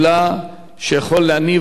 לא אחת אני ישבתי עם